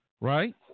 right